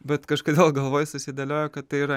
bet kažkodėl galvoj susidėliojo kad tai yra